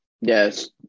Yes